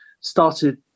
started